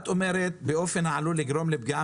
את אומרת: באופן העלול לגרום לפגיעה